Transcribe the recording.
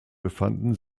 befanden